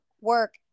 work